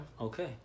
Okay